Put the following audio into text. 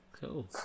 Cool